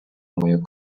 мою